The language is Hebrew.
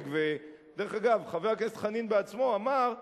דרך אגב, חבר הכנסת חנין בעצמו אמר: